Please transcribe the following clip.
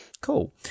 Cool